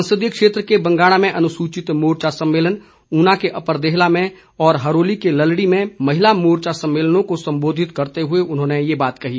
संसदीय क्षेत्र के बंगाणा में अनुसूचित मोर्चा सम्मेलन ऊना के अपर देहला में और हरोली के ललड़ी में महिला मोर्चा सम्मेलनों को संबोधित करते हुए उन्होंने ये बात कही